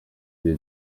gihe